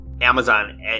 Amazon